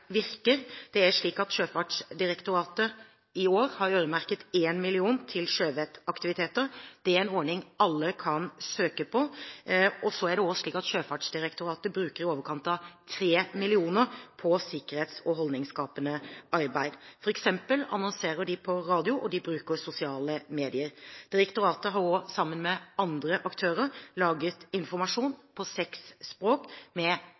Sjøfartsdirektoratet har i år øremerket 1 mill. kr til sjøvettaktiviteter. Det er en ordning alle kan søke på. Sjøfartsdirektoratet bruker også i overkant av 3 mill. kr på sikkerhets- og holdningsskapende arbeid, f.eks. annonserer de på radio, og de bruker sosiale medier. Direktoratet har også, sammen med andre aktører, laget informasjon på seks språk med